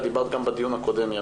דיברת גם בדיון הקודם.